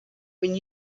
when